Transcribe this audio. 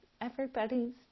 Everybody's